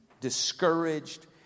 discouraged